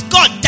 God